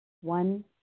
One